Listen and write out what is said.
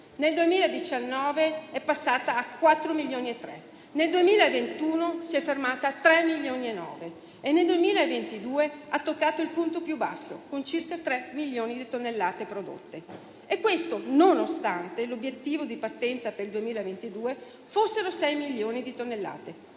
nel 2019 è passata a 4,3 milioni; nel 2021 si è fermata a 3,9 milioni e nel 2022 ha toccato il punto più basso, con circa 3 milioni di tonnellate prodotte. Questo, nonostante l'obiettivo di partenza per il 2022 fossero 6 milioni di tonnellate,